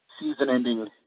season-ending